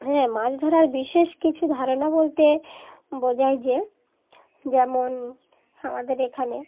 হ্যাঁ মাছ ধরার বিশেষ কিছু ধারণা বলতে বোঝায় যে যেমন আমাদের এখানে